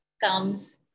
comes